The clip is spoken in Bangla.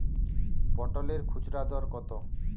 পটলের খুচরা দর কত?